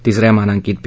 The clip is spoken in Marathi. तिस या मानांकित पी